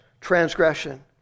transgression